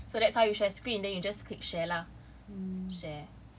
okay so that's how you share screen then you just click share lah share